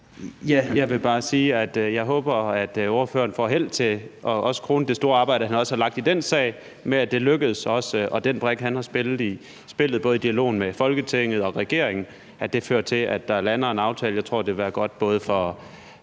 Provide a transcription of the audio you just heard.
Jeg vil bare sige, at jeg håber, at ordføreren får held til at krone det store arbejde, han lagt i den sag, med, at det også lykkes, og at det med den brik, han har spillet i spillet, både i dialogen med Folketinget og regeringen, fører til, at der lander en aftale. Jeg tror, det vil være godt både for